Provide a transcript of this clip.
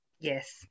Yes